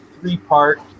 three-part